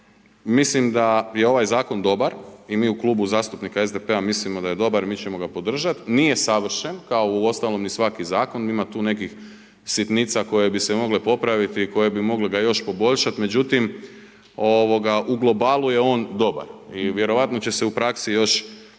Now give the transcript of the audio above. mislim da je ovaj zakon i mi u Klubu zastupnika SDP-a mislimo da je dobar, mi ćemo podržat, nije savršen kao uostalom svaki zakon, ima tu nekih sitnice koje bi se mogle popraviti i koje bi ga mogle još poboljšati međutim, u globalu je on dobar i vjerovatno će se u praksi još i tim